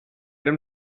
him